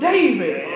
David